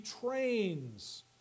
trains